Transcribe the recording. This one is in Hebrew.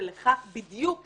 לכך בדיוק כיוונתי.